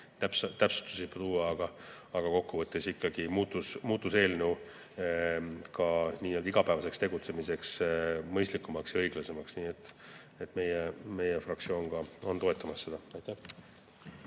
täpsustusi teha, aga kokkuvõttes ikkagi muutus eelnõu ka igapäevaseks tegutsemiseks mõistlikumaks ja õiglasemaks. Nii et meie fraktsioon toetab seda. Aitäh!